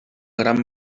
gran